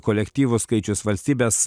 kolektyvų skaičius valstybės